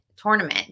Tournament